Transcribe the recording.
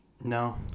No